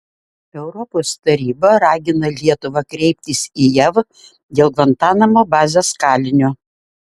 europos taryba ragina lietuvą kreiptis į jav dėl gvantanamo bazės kalinio